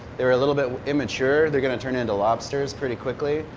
they were a little bit immature they are going to turn into lobsters pretty quickly.